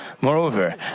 Moreover